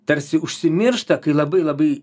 tarsi užsimiršta kai labai labai